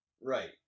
Right